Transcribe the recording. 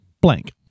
blank